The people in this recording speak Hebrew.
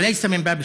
ולא מתוך